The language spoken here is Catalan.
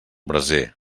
braser